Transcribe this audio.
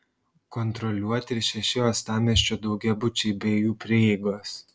kontroliuoti ir šeši uostamiesčio daugiabučiai bei jų prieigos